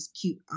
cute